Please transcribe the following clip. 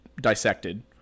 dissected